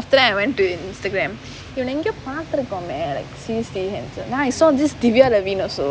after that I went to Instagram இவன எங்கையோ பாத்துருக்கோமே:ivana engaiyo paathurukkomae like seriously handsome then I saw this devia levine also